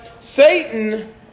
satan